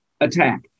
attack